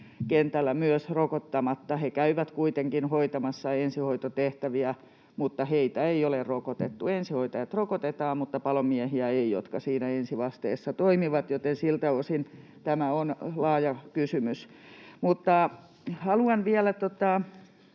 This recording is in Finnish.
kentällä rokottamatta. He käyvät kuitenkin hoitamassa ensihoitotehtäviä, mutta heitä ei ole rokotettu. Ensihoitajat rokotetaan mutta ei palomiehiä, jotka siinä ensivasteessa toimivat, joten siltä osin tämä on laaja kysymys. Mutta haluan vielä